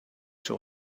too